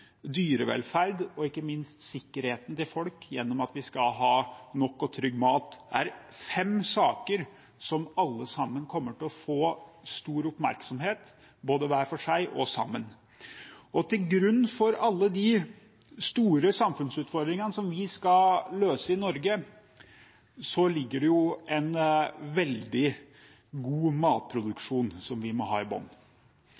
dyrevelferd og ikke minst sikkerheten til folk gjennom at vi skal ha nok og trygg mat, er fem saker som alle kommer til å få stor oppmerksomhet både hver for seg og sammen. Til grunn for alle de store samfunnsutfordringene som vi skal løse i Norge, ligger det en veldig god